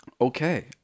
Okay